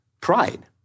pride